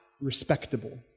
respectable